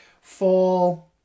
fall